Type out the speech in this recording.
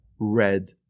red